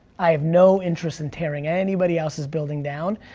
i have no interest in tearing anybody else's building down,